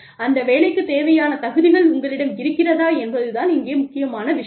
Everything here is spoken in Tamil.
அந்த வேலைக்கு தேவையான தகுதிகள் உங்களிடம் இருக்கிறதா என்பதுதான் இங்கே முக்கியமான விஷயம்